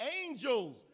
angels